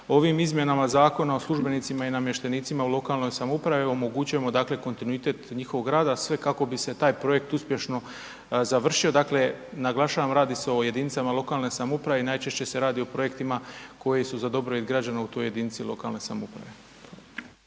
Ovim izmjenama Zakona o službenicima i namještenicima u lokalnoj samoupravi omogućujemo kontinuitet njihovog rada sve kako bi se taj projekt uspješno završio. Dakle naglašavam, radi se o jedinicama lokalne samouprave i najčešće se radi o projektima koji su za dobrobit građana u toj jedinici lokalne samouprave.